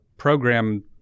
program